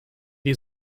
die